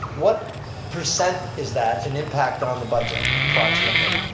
what percent is that in impact on the budget approximately?